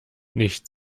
nicht